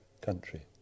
country